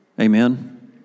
Amen